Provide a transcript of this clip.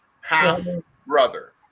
half-brother